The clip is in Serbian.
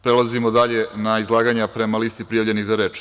Prelazimo dalje na izlaganja po listi prijavljenih za reč.